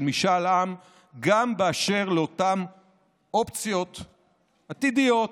משאל עם גם באשר לאותן אופציות עתידיות,